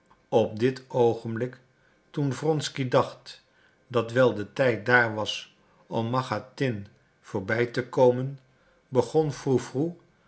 op dit oogenblik toen wronsky dacht dat wel de tijd daar was om machatin voorbij te komen begon